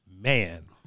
man